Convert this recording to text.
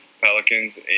Pelicans